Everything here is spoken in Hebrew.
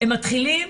הם מתחילים